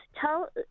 tell